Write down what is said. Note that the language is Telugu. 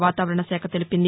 వాతావరణ శాఖ తెలిపింది